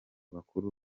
bakuru